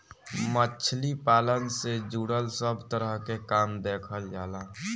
मछली पालन से जुड़ल सब तरह के काम देखल जाला